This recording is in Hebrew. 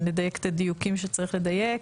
נדייק את הדיוקים שצריך לדייק.